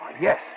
Yes